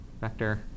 vector